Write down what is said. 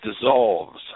dissolves